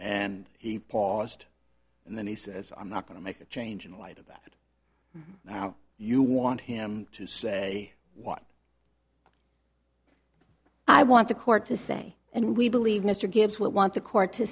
and he paused and then he says i'm not going to make a change in light of that now you want him to say what i want the court to say and we believe mr gibbs will want the court to